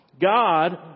God